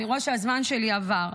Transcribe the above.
אני רואה שהזמן שלי עבר.